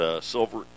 silver